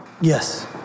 Yes